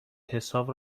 حساب